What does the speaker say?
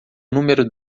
número